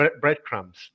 breadcrumbs